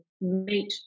meet